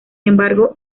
embargo